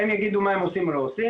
הם יגידו מה הם עושים או לא עושים.